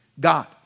God